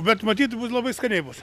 bet matyt turbūt labai skaniai bus